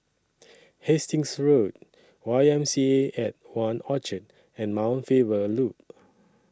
Hastings Road Y M C A At one Orchard and Mount Faber Loop